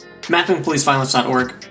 MappingPoliceViolence.org